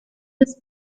this